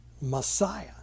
Messiah